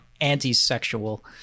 anti-sexual